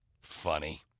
Funny